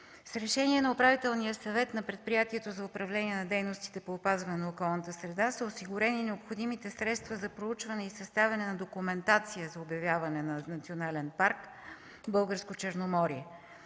С решение на Управителния съвет на предприятията за управление на дейностите по опазване на околната среда са осигурени необходимите средства за проучване и съставяне на документация за обявяване на